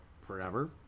forever